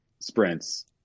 sprints